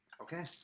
okay